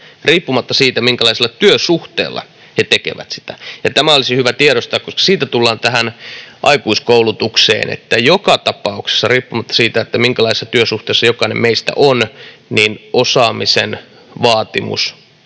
riippumatta siitä, minkälaisella työsuhteella he tekevät sitä. Tämä olisi hyvä tiedostaa, koska siitä tullaan tähän aikuiskoulutukseen, että joka tapauksessa, riippumatta siitä, minkälaisessa työsuhteessa jokainen meistä on, osaamisen vaatimus